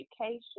education